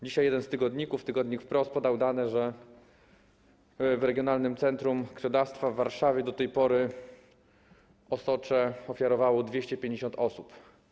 Dzisiaj jeden z tygodników, tygodnik „Wprost”, podał dane, że w regionalnym centrum krwiodawstwa w Warszawie do tej pory osocze ofiarowało 250 osób.